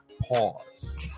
Pause